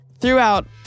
throughout